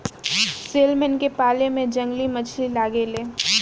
salmon के पाले में जंगली मछली लागे ले